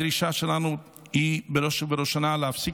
הדרישה שלנו היא בראש ובראשונה להפסיק